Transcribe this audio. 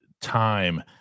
time